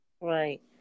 Right